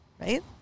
right